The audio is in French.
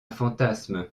fantasme